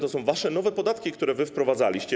To są wasze nowe podatki, które wy wprowadzaliście.